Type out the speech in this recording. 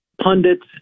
pundits